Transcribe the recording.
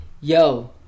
yo